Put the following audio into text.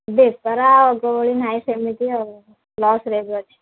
ବେପାର ଆଗ ଭଳି ନାହିଁ ସେମିତି ଆଉ ଲସ୍ରେ ଏବେ ଅଛି